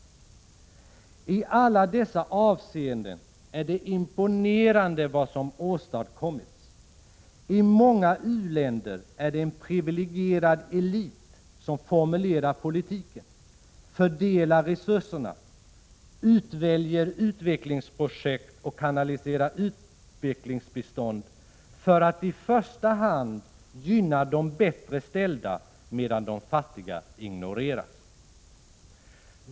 I alla dessa avseenden är det imponerande vad som åstadkommits. I många u-länder är det en privilegierad elit som formulerar politiken, fördelar resurserna, utväljer utvecklingsprojekt och kanaliserar utvecklingsbistånd för att i första hand gynna de bättre ställda, medan de fattiga ignoreras.